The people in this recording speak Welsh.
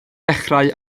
dechrau